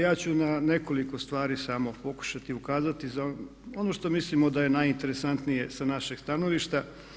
Ja ću na nekoliko stvari samo pokušati ukazati ono što mislimo da je najinteresantnije sa našeg stanovišta.